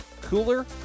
Cooler